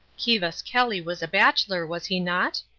kivas kelly was a bachelor, was he not?